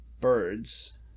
birds